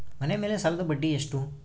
ಮನೆ ಮೇಲೆ ಸಾಲದ ಬಡ್ಡಿ ಎಷ್ಟು?